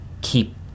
keep